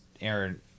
aaron